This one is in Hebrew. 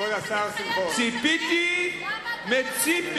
למה אתה לא אומר שתתחייב